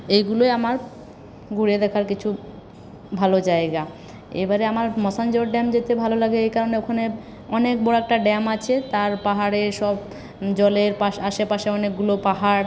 এইগুলোই আমার ঘুরে দেখার কিছু ভালো জায়গা এবারে আমার ম্যাসাঞ্জোর ড্যাম যেতে ভালো লাগে এই কারণে ওখানে অনেক বড়ো একটা ড্যাম আছে তার পাহাড়ে সব জলের পাশ আশেপাশে অনেকগুলো পাহাড়